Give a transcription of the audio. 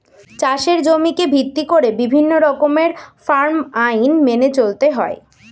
চাষের জমিকে ভিত্তি করে বিভিন্ন রকমের ফার্ম আইন মেনে চলতে হয়